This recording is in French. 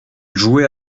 jouait